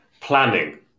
Planning